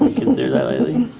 considered that lately?